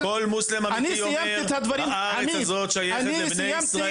כל מוסלמי אמיתי אומר שהארץ הזאת שייכת לבני ישראל.